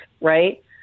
Right